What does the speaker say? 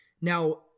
Now